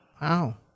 Wow